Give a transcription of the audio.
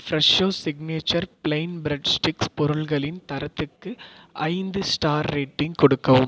Fresho signature plain bread sticks பொருள்களின் தரத்துக்கு ஐந்து ஸ்டார் ரேட்டிங் கொடுக்கவும்